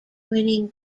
winning